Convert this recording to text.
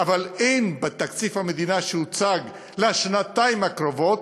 אבל אין בתקציב המדינה שהוצג לשנתיים הקרובות